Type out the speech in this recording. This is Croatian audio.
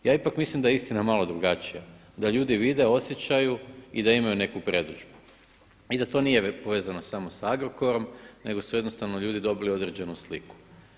Ja ipak mislim da je istina malo drugačija, da ljudi vide, osjećaju i da imaju neku predodžbu i da to nije povezano samo sa o nego su jednostavno ljudi dobili određenu sliku.